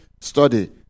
study